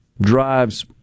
drives